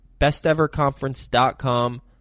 besteverconference.com